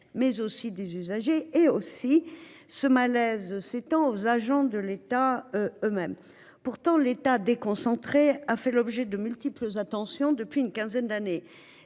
mais aussi des usagers et aussi ce malaise s'étend aux agents de l'État eux-mêmes pourtant l'État déconcentrer a fait l'objet de multiples attentions depuis une quinzaine d'années.